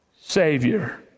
Savior